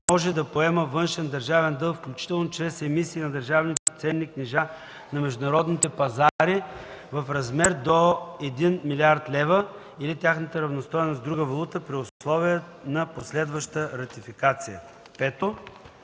може да поема външен държавен дълг, включително чрез емисии на държавни ценни книжа на международните пазари, в размер общо до 1,0 млрд. лв. или тяхната равностойност в друга валута при условия за последваща ратификация.”